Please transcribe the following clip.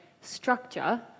structure